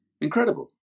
Incredible